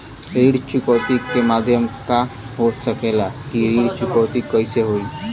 ऋण चुकौती के माध्यम का हो सकेला कि ऋण चुकौती कईसे होई?